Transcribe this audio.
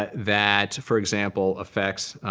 ah that, for example, affects,